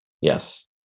yes